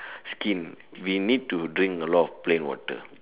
skin we need to drink a lot of plain water